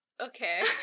okay